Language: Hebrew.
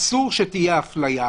אסור שתהיה אפליה.